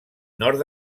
nord